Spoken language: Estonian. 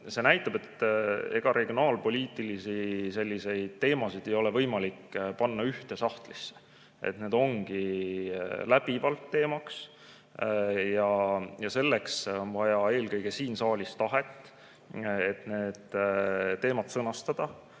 See näitab, et regionaalpoliitilisi teemasid ei ole võimalik panna ühte sahtlisse, need ongi läbivad teemad. Selleks on vaja eelkõige siin saalis tahet, et need teemad sõnastada,